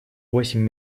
восемь